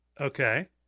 Okay